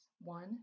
one